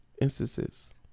Instances